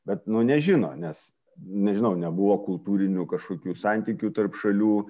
bet nu nežino nes nežinau nebuvo kultūrinių kažkokių santykių tarp šalių